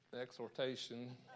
exhortation